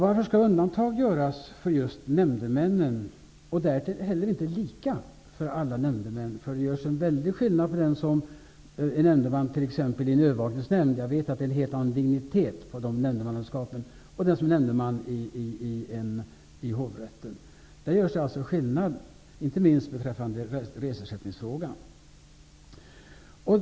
Varför skall undantag göras för just nämndemännen, därtill inte heller lika för alla nämndemän? Det görs en väldig skillnad mellan den som är nämndeman i t.ex. en övervakningsnämnd och den som är nämndeman i hovrätten -- jag vet att det är helt olika dignitet på dessa nämndemannauppdrag. Men det görs alltså en skillnad, inte minst beträffande reseersättningsfrågan.